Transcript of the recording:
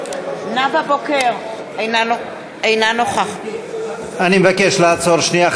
אינה נוכחת אני מבקש לעצור לשנייה.